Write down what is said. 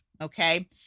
okay